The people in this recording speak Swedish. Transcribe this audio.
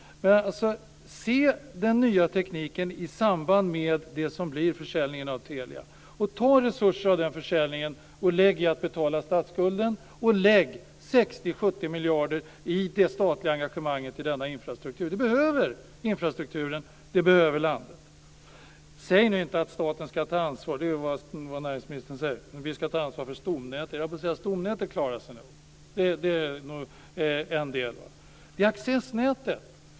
Se den nya tekniken i samband med försäljningen av Telia! Ta resurser av den försäljningen för att betala statsskulden, och lägg 60-70 miljarder till det statliga engagemanget i denna infrastruktur! Det behöver infrastrukturen. Det behöver landet. Säg nu inte att staten ska ta ansvar för stomnätet, som näringsministern säger! Stomnätet klarar sig nog. Det handlar om accessnätet.